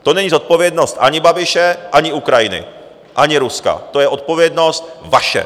To není zodpovědnost ani Babiše, ani Ukrajiny, ani Ruska, to je odpovědnost vaše.